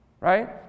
right